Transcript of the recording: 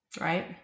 right